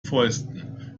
fäusten